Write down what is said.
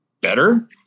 better